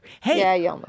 Hey